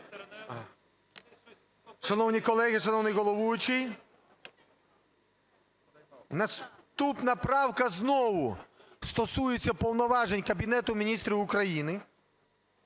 Шановні колеги, шановний головуючий, наступна правка знову стосується повноважень Кабінету Міністрів України